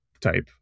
type